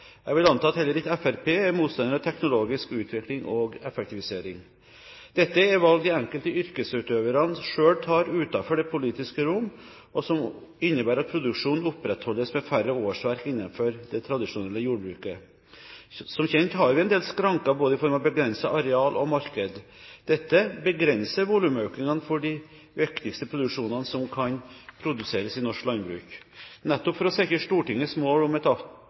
Jeg vil anta at heller ikke Fremskrittspartiet er motstandere av teknologisk utvikling og effektivisering. Dette er valg de enkelte yrkesutøverne selv tar utenfor det politiske rom, og som innebærer at produksjonen opprettholdes med færre årsverk innenfor det tradisjonelle jordbruket. Som kjent har vi en del skranker i form av både begrenset areal og marked. Dette begrenser volumøkninger for de viktigste produktene som kan produseres i norsk landbruk. Nettopp for å sikre Stortingets mål om et